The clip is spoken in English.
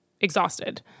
exhausted